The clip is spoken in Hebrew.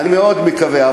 אני מאוד מקווה,